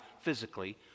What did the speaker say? physically